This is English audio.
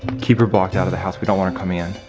keep her blocked out of the house, we don't want her coming in.